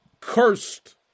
cursed